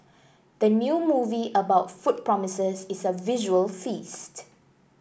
the new movie about food promises is a visual feast